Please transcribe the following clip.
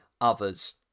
others